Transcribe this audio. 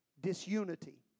disunity